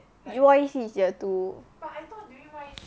I know Y_E_C is year two